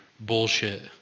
bullshit